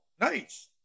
Nice